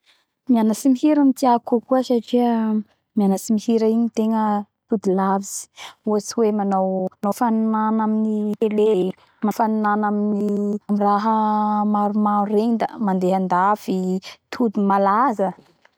Mianatsy mihira tiako kokoa satria mianatsy mihira igny tegna tody lavitsy ohatsy hoe manao fanina amy tele manao fifaninana amy raha maromaro egny da mandeha andafy tody malazaaa!!!